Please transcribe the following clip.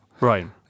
Right